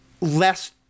less